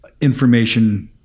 information